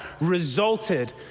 resulted